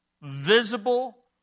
Visible